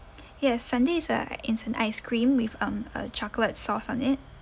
yes sundae is a is an ice cream with um uh chocolate sauce on it